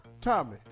Tommy